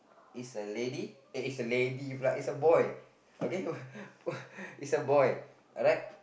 is a lady uh is a lady uh is a boy is a boy alright